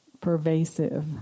pervasive